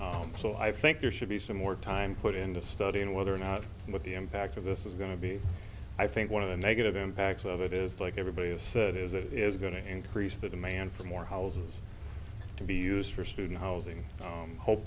them so i think there should be some more time put into studying whether or not what the impact of this is going to be i think one of the negative impacts of it is like everybody has said is that it is going to increase the demand for more houses to be used for student housing hope